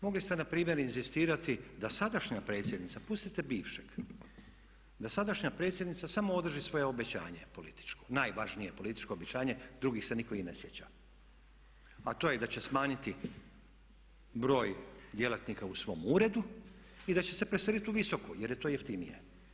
Mogli ste npr. inzistirati da sadašnja predsjednica, pustite bivšeg, da sadašnja predsjednica samo održi svoje obećanje političko najvažnije, drugih se nitko i ne sjeća, a to je da će smanjiti broj djelatnika u svom uredu i da će se preseliti u Visoku jer je to jeftinije.